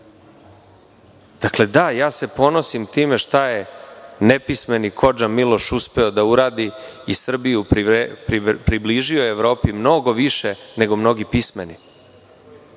zakonik. Dakle, ponosim se time šta je nepismeni kodža Miloš uspeo da uradi i Srbiju približio Evropi mnogo više, nego mnogi pismeni